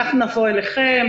אנחנו נבוא אליכם,